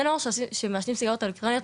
בני נוער שמעשנים סיגריות אלקטרוניות,